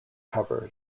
cover